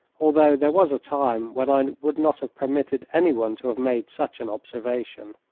although there was a time when i would not have permitted anyone to have made such an observation.